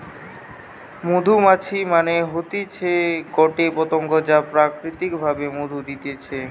মধুমাছি মানে হতিছে গটে পতঙ্গ যা প্রাকৃতিক ভাবে মধু দিতেছে